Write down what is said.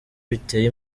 biteye